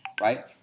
right